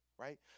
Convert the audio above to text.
Right